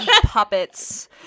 puppets